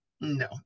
no